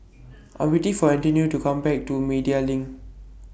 I Am waiting For Antonio to Come Back to Media LINK